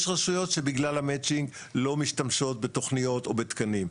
יש רשויות שבגלל המצ'ינג לא משתמשות בתוכניות או בתקנים,